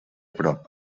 prop